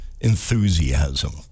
enthusiasm